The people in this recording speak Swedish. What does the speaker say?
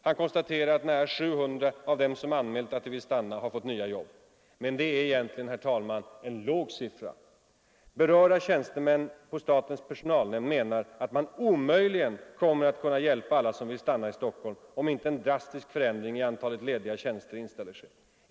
Han konstaterar att nära 700 av dem som anmält att de vill stanna har fått nya jobb. Men det är egentligen en /åg siffra. Berörda tjänstemän på statens personalnämnd menar att man omöjligen kommer att kunna hjälpa alla som vill stanna i Stockholm om inte en drastisk förändring i antalet lediga tjänster inställer sig.